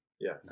Yes